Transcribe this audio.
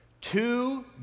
Two